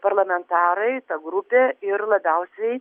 parlamentarai ta grupė ir labiausiai